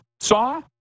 saw